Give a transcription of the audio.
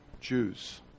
Jews